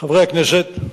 חברי הכנסת,